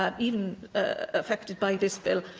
um even affected by this bill?